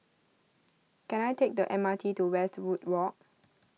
can I take the M R T to Westwood Walk